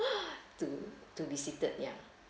to to be seated yeah